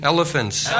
Elephants